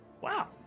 Wow